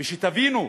ושתבינו,